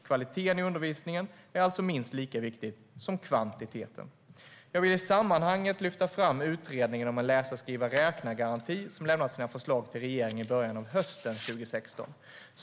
Kvaliteten i undervisningen är alltså minst lika viktig som kvantiteten. Jag vill i sammanhanget lyfta fram utredningen om en läsa-skriva-räkna-garanti som lämnar sina förslag till regeringen i början av hösten 2016.